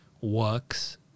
works